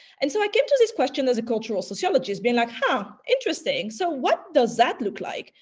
and so i came to this question as a cultural sociologist, been like, huh interesting. so what does that look like?